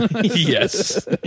Yes